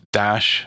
dash